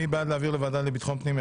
מי בעד להעביר לוועדה לביטחון פנים?